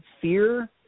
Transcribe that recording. fear